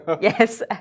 Yes